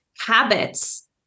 habits